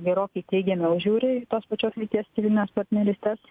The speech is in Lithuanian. gerokai teigiamiau žiūri į tos pačios lyties civilines partnerystes